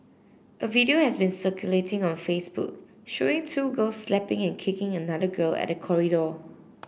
a video has been circulating on Facebook showing two girls slapping and kicking another girl at the corridor